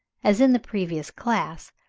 as in the previous class,